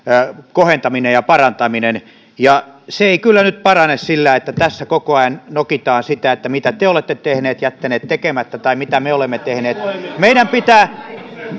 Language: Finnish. kohentaminen ja parantaminen ja se ei kyllä nyt parane sillä että tässä koko ajan nokitaan sitä mitä te olette tehneet jättäneet tekemättä tai mitä me olemme tehneet meidän pitää